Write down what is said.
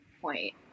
point